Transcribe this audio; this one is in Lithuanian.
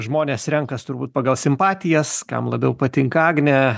žmonės renkas turbūt pagal simpatijas kam labiau patinka agnė